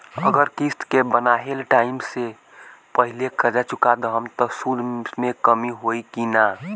अगर किश्त के बनहाएल टाइम से पहिले कर्जा चुका दहम त सूद मे कमी होई की ना?